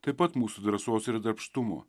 taip pat mūsų drąsos ir darbštumo